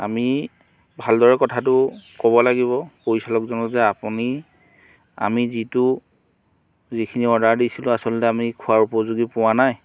আমি ভালদৰে কথাটো ক'ব লাগিব পৰিচালকজনক যে আপুনি আমি যিটো যিখিনি অৰ্ডাৰ দিছিলোঁ আচলতে আমি খোৱাৰ উপযোগী পোৱা নাই